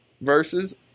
Versus